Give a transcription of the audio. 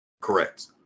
Correct